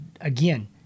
again